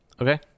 Okay